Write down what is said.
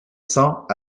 cents